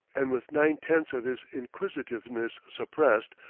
and with nine-tenths of his inquisitiveness suppressed,